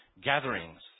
gatherings